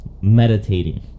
meditating